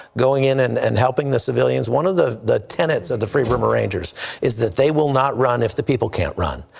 going in and and helping the civilians. one of the the tenants of the freedom repairings and is is that they will not run if the people can't run.